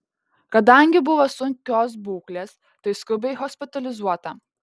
kadangi buvo sunkios būklės tai skubiai hospitalizuota